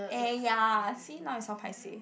eh ya see now I so paiseh